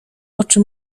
oczy